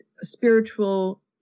spiritual